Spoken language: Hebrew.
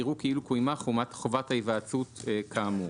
יראו כאילו קוימה חובת ההיוועצות כאמור.